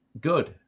good